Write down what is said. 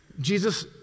Jesus